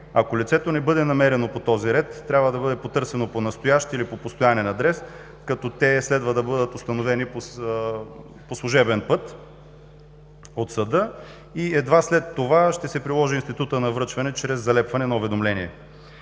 Ако лицето не бъде намерено по този ред, трябва да бъде потърсено по настоящ или по постоянен адрес, като те следва да бъдат установени по служебен път от съда, и едва след това ще се приложи институтът на връчване, чрез залепване на уведомление.